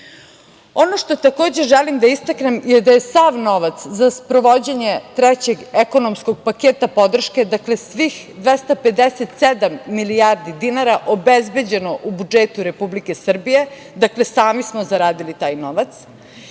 što takođe želim da istaknem da je sav novac za sprovođenje trećeg ekonomskog paketa podrške, dakle svih 57 milijarde dinara obezbeđeno u budžetu Republike Srbije. Dakle, sami smo zaradili taj novac. Mi